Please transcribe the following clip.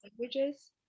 languages